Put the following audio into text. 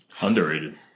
Underrated